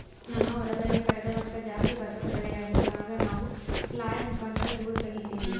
ನಮ್ಮ ಹೊಲದಲ್ಲಿ ಕಳೆದ ವರ್ಷ ಜಾಸ್ತಿ ಭತ್ತದ ಬೆಳೆಯಾಗಿತ್ತು, ಆಗ ನಾವು ಫ್ಲ್ಯಾಯ್ಲ್ ಮುಖಾಂತರ ಧೂಳು ತಗೀತಿವಿ